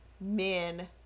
men